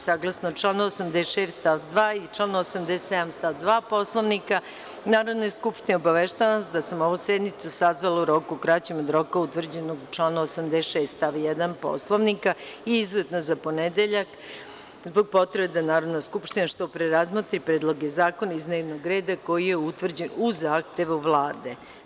Saglasno članu 86. stav 2. i članu 87. stav 2. Poslovnika Narodne skupštine, obaveštavam vas da sam ovu sednicu sazvala u roku kraćem od roka utvrđenog u članu 86. stav 1. Poslovnika i, izuzetno, za ponedeljak, zbog potrebe da Narodna skupština što pre razmotri predloge zakona iz dnevnog reda koji je utvrđen u zahtevu Vlade.